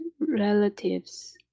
relatives